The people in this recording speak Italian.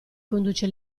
conduce